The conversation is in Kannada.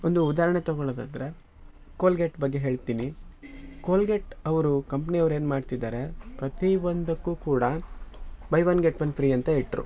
ಒಂದು ಉದಾಹರ್ಣೆ ತೊಗೊಳ್ಳೋದಾದ್ರೆ ಕೋಲ್ಗೇಟ್ ಬಗ್ಗೆ ಹೇಳ್ತಿನಿ ಕೋಲ್ಗೇಟ್ ಅವರು ಕಂಪ್ನಿಯವ್ರು ಏನು ಮಾಡ್ತಿದ್ದಾರೆ ಪ್ರತಿ ಒಂದಕ್ಕೂ ಕೂಡ buy one get one free ಅಂತ ಇಟ್ಟರು